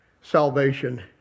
salvation